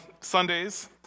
Sundays